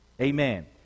Amen